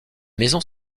maisons